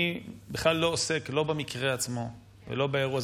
אני בכלל לא עוסק לא במקרה עצמו ולא באירוע.